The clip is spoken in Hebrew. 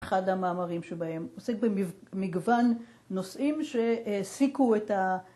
אחד המאמרים שבהם עוסק במגוון נושאים שהעסיקו את ה...